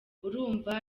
urumva